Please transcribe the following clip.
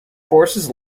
forces